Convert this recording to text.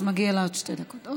אז מגיע לה עוד שתי דקות.